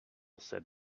said